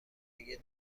اگه